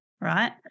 right